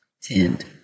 tend